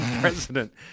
president